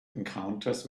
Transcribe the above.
encounters